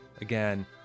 Again